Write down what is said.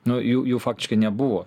nu jų jų faktiškai nebuvo